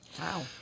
Wow